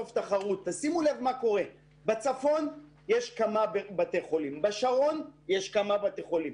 שימו לב מה קורה: בצפון יש מספר בתי חולים; בשרון יש מספר בתי חולים,